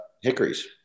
hickories